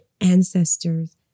ancestors